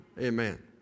Amen